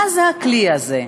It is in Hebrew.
מה זה הכלי הזה?